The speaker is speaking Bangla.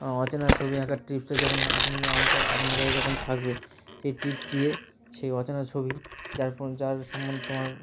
অচেনা ছবি আঁকার টিপসটা যখন আপনি আমার কা আপনার কাছে যখন থাকবে সেই টিপস দিয়ে সেই অচেনা ছবি যার ফ যার সম্বন্ধে তোমার